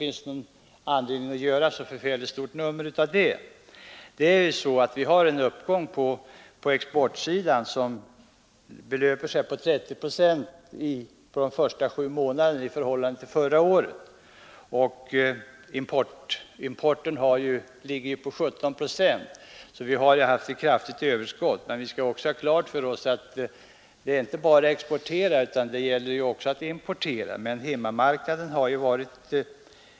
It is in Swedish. Vi har en uppgång på exportsidan som belöper sig till 30 procent under de första sju månaderna i år i förhållande till förra året, medan importuppgången ligger på 17 procent. Vi har alltså haft ett kraftigt överskott. Men det gäller inte bara att exportera utan också att importera.